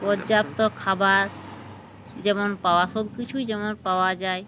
পর্যাপ্ত খাবার যেমন পাওয়া সব কিছুই যেমন পাওয়া যায়